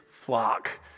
flock